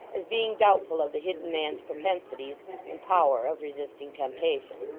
as being doubtful of the hidden man's propensities and power of resisting temptation.